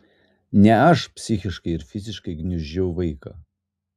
ne aš psichiškai ir fiziškai gniuždžiau vaiką